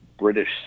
British